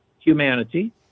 humanity